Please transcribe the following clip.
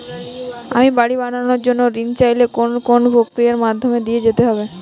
আমি বাড়ি বানানোর ঋণ চাইলে কোন কোন প্রক্রিয়ার মধ্যে দিয়ে যেতে হবে?